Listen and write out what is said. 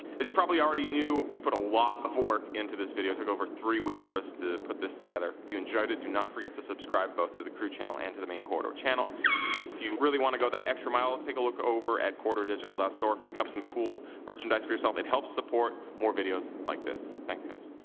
as you probably already knew, we put a lot of work into this video, took over three weeks for us to put this together. if you enjoyed it, do not forget to subscribe both to the crew channel and to the main corridor channel. if you really want to go that extra mile, take a look over at corridordigital store, pick up some cool merchandise for yourself, it helps support more videos like this. thanks guys!